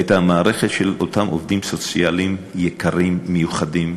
הייתה המערכת של אותם עובדים סוציאליים יקרים ומיוחדים,